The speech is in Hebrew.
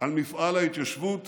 על מפעל ההתיישבות